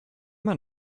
man